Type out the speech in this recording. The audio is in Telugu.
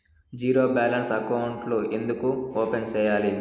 జీరో బ్యాలెన్స్ అకౌంట్లు ఎందుకు ఓపెన్ సేయాలి